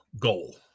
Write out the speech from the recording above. goal